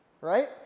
right